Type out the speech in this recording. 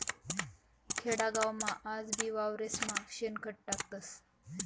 खेडागावमा आजबी वावरेस्मा शेणखत टाकतस